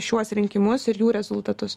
šiuos rinkimus ir jų rezultatus